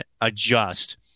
adjust